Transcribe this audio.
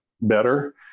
better